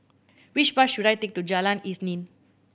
which bus should I take to Jalan Isnin